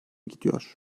gidiyor